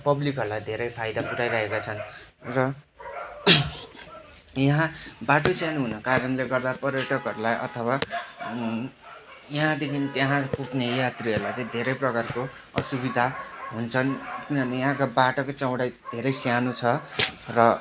पब्लिकहरूलाई धेरै फाइदा पुर्याइरहेका छन् र यहाँबाटै सानो हुनाका कारणले गर्दा पर्यटकहरूलाई अथवा यहाँदेखि त्यहाँ पुग्ने यात्रीहरूलाई चाहिँ धेरै प्रकारको असुविधा हुन्छन् किनभने यहाँको बाटोको चौडाई धेरै सानो छ र